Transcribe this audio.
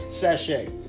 Sashay